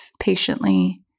patiently